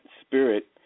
spirit